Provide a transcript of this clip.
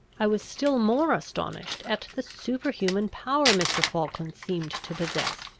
i was still more astonished at the superhuman power mr. falkland seemed to possess,